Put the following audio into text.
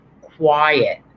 quiet